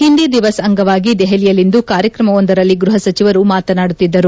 ಒಂದಿ ದಿವಸ್ ಅಂಗವಾಗಿ ದೆಹಲಿಯಲ್ಲಿಂದು ಕಾರ್ಯಕ್ರಮವೊಂದರಲ್ಲಿ ಗ್ವಹ ಸಚವರು ಮಾತನಾಡುತ್ತಿದ್ದರು